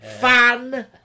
fun